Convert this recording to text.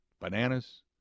bananas